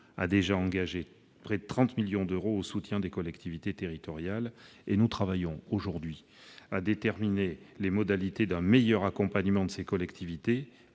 a déjà affecté près de 30 millions d'euros au soutien aux collectivités territoriales. Par ailleurs, nous travaillons à déterminer les modalités d'un meilleur accompagnement de ces collectivités,